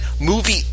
movie